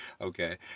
Okay